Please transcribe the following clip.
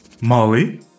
Molly